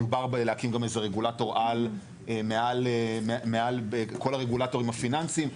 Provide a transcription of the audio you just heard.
מדובר גם להקים איזה רגולטור על מעל כל הרגולטורים הפיננסים.